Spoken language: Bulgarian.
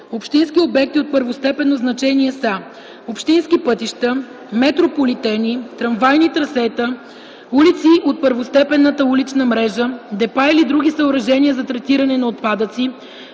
„Общински обекти от първостепенно значение” са: общински пътища, метрополитени, трамвайни трасета, улици от първостепенната улична мрежа, депа или други съоръжения за третиране на отпадъци,